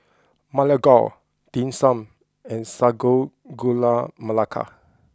Ma Lai Gao Dim Sum and Sago Gula Melaka